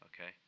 okay